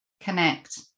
connect